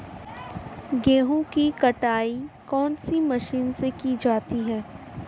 गेहूँ की कटाई कौनसी मशीन से की जाती है?